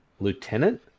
lieutenant